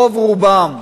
רוב-רובם,